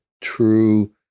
true